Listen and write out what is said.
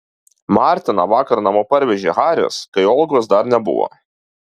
martiną vakar namo parvežė haris kai olgos dar nebuvo